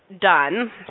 done